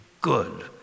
good